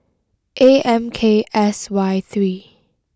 A M K S Y three